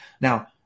Now